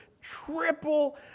triple